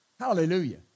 Hallelujah